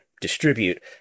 distribute